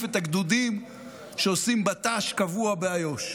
את הגדודים שעושים בט"ש קבוע באיו"ש.